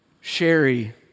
Sherry